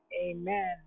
Amen